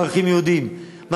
בערכים יהודיים,